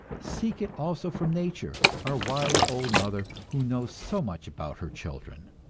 seek it also from nature, our wise old mother, who knows so much about her children!